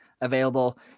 available